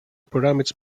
pyramids